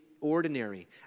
ordinary